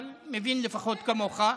אבל מבין לפחות כמוך,